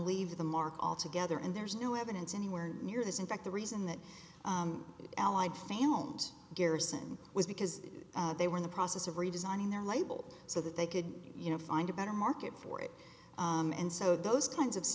leave the mark altogether and there's no evidence anywhere near this in fact the reason that it allied failed garrison was because they were in the process of redesigning their label so that they could you know find a better market for it and so those kinds of